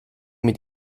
mit